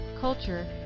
culture